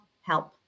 help